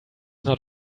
not